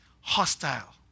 hostile